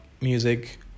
music